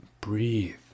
breathe